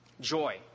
Joy